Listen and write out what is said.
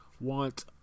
want